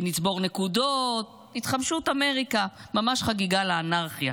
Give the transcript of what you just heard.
נצבור נקודות, התחמשות אמריקה, ממש חגיגה לאנרכיה.